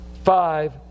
Five